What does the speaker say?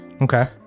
Okay